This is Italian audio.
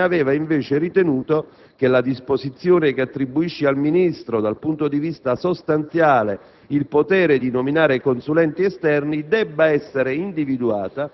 ha ritenuto che la disposizione che attribuisce al Ministro, dal punto di vista sostanziale, il potere di nominare consulenti esterni debba essere individuata